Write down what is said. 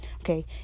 okay